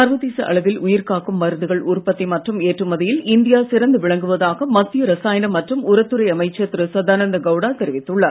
சர்வதேச அளவில் உயிர்காக்கும் மருந்துகள் உற்பத்தி மற்றும் ஏற்றுமதியில் இந்தியா சிறந்த விளங்குவதாக மத்திய ரசாயனம் மற்றும் உரத்துறை அமைச்சர் திரு சதானந்த கவுடா தெரிவித்துள்ளார்